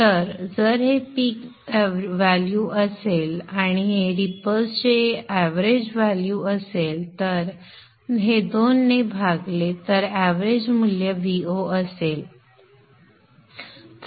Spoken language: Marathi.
तर जर हे पीक मूल्य असेल आणि हे रिपल्स चे एव्हरेज मूल्य असेल आणि हे 2 ने भागले तर एव्हरेज मूल्य Vo असेल